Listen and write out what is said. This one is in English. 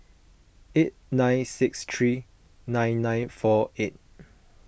eight nine six three nine nine four eight